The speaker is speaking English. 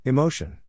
Emotion